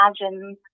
imagine